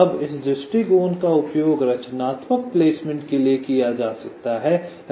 अब इस दृष्टिकोण का उपयोग रचनात्मक प्लेसमेंट के लिए किया जा सकता है